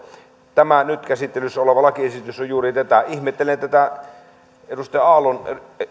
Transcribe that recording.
tämä nyt käsittelyssä oleva lakiesitys on juuri tätä ihmettelen tätä edustaja aallon